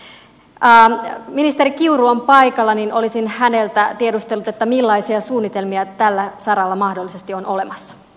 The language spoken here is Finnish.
kun ministeri kiuru on paikalla niin olisin häneltä tiedustellut millaisia suunnitelmia tällä saralla mahdollisesti on olemassa